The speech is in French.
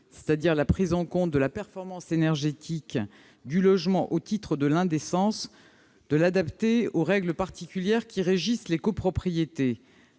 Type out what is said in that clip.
c'est-à-dire la prise en compte de la performance énergétique du logement au titre de l'indécence, d'adapter ce critère aux règles particulières qui régissent les copropriétés.